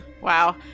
wow